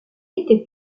était